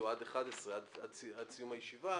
עד 11, עד סיום הישיבה,